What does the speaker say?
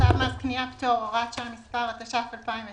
צו מס קניה (פטור) (הוראת שעה מס') התש"ף-2020